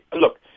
Look